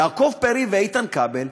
יעקב פרי ואיתן כבל,